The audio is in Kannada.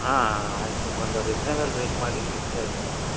ಹಾಂ ಹಾಂ ಆಯಿತು ಒಂದು ರಿಜ್ನೇವಲ್ ರೇಟ್ ಮಾಡಿ ಹೇಳಿರಿ ನಮಗೆ